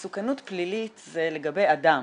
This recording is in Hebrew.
מסוכנות פלילית זה לגבי אדם,